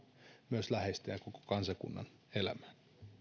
myös läheisten ja koko kansakunnan elämään